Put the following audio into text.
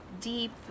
deep